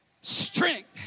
strength